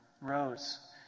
Rose